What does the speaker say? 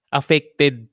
affected